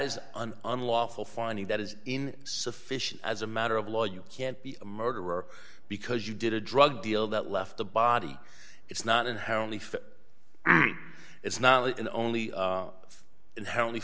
is an unlawful finding that is in sufficient as a matter of law you can't be a murderer because you did a drug deal that left the body it's not inherently fair it's not only inherently